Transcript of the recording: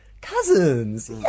cousins